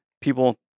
people